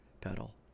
pedal